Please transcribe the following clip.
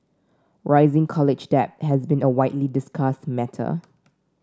rising college debt has been a widely discussed matter